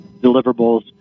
deliverables